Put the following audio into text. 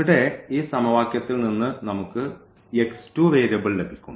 ഇവിടെ ഈ സമവാക്യത്തിൽ നിന്ന് നമുക്ക് വേരിയബിൾ ലഭിക്കും